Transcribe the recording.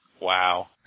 Wow